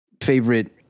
favorite